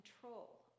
control